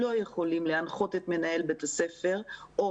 לא יכולים להנחות את מנהל בית הספר או